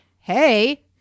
Hey